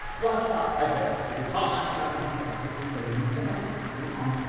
what have you got? i say if we can't match chapman for quality, then we need to undercut him on